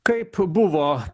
kaip buvo